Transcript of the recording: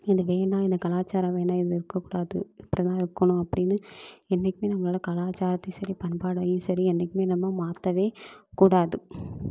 இது வேணாம் இந்த கலாச்சாரம் வேணாம் இது இருக்க கூடாது இப்படி தான் இருக்கணும் அப்படின்னு என்றைக்குமே நம்மளோடய கலாச்சாரத்தையும் சரி பண்பாடையும் சரி என்றைக்குமே நம்ம மாற்றவே கூடாது